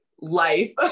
life